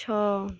ଛଅ